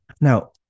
Now